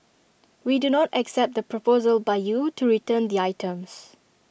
we do not accept the proposal by you to return the items